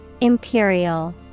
Imperial